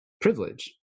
privilege